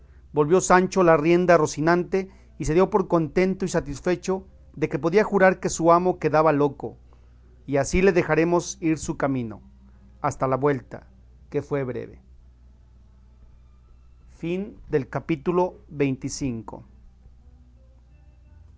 volvió sancho la rienda a rocinante y se dio por contento y satisfecho de que podía jurar que su amo quedaba loco y así le dejaremos ir su camino hasta la vuelta que fue breve capítulo